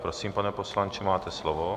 Prosím, pane poslanče, máte slovo.